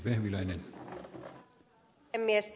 arvoisa puhemies